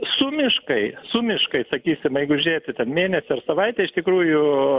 sumiškai sumiškai sakiysim jeigu žiūrėsi ten mėnesį ar savaitę iš tikrųjų